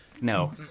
No